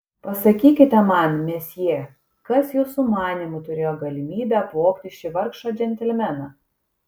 pasakykite man mesjė kas jūsų manymu turėjo galimybę apvogti šį vargšą džentelmeną